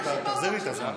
תחזיר לי את הזמן,